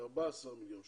כ-14 מיליון שקלים.